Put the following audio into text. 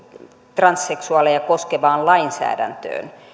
transseksuaaleja koskevaan lainsäädäntöön